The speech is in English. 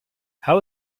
how